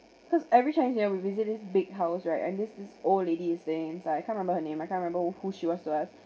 cause every chinese new year we visited big house right and this this old lady is staying so I can't remember her name I can't remember who she was to us